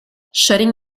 shutting